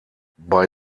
bei